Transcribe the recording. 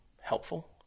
helpful